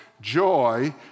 joy